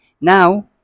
now